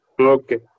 Okay